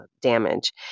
damage